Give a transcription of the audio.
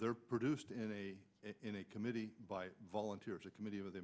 they're produced in a in a committee by volunteers a committee